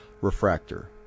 refractor